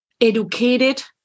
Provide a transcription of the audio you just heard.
educated